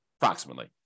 approximately